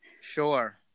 Sure